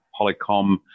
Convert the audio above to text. Polycom